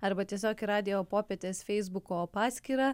arba tiesiog į radijo popietės feisbuko paskyrą